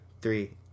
three